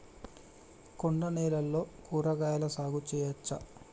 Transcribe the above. కొండ నేలల్లో కూరగాయల సాగు చేయచ్చా?